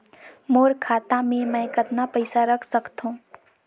मोर खाता मे मै कतना पइसा रख सख्तो?